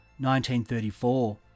1934